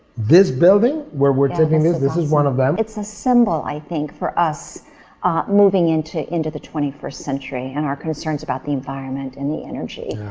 this building where we're taping, this this is one of them. it's a symbol, i think, for us moving into into the twenty first century and our concerns about the environment and the energy.